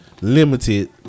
limited